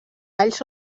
alls